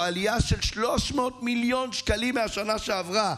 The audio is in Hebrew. זו עלייה של 300 מיליון שקלים מהשנה שעברה,